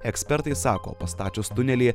ekspertai sako pastačius tunelį